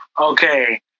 Okay